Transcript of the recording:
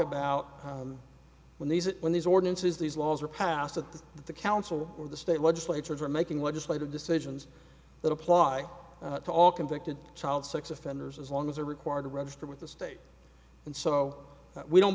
about how when these it when these ordinances these laws are passed that the council or the state legislatures are making legislative decisions that apply to all convicted child sex offenders as long as they're required to register with the state and so that we don't